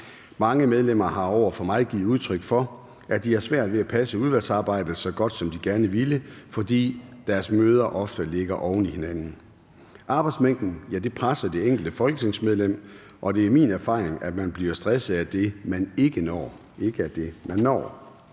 Mange medlemmer har over for mig givet udtryk for, at de har svært ved at passe udvalgsarbejdet så godt, som de gerne ville, fordi deres møder ofte ligger oven i hinanden. Arbejdsmængden presser det enkelte folketingsmedlem, og det er min erfaring, at man bliver stresset af det, man ikke når,